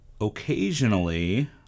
occasionally